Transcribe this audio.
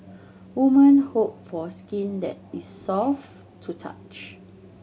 women hope for skin that is soft to touch